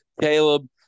Caleb